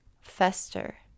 fester